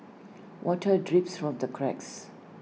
water drips from the cracks